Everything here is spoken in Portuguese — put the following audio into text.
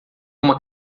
uma